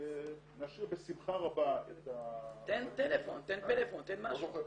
נשאיר בשמחה רבה --- תן טלפון, פלאפון, משהו.